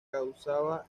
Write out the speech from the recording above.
causaba